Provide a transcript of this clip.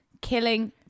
Killing